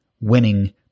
winning